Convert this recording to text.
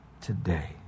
today